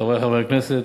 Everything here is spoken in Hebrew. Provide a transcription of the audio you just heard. חברי חברי הכנסת,